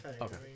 Okay